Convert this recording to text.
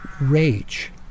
Rage